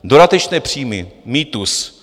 Dodatečné příjmy mýtus.